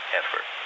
effort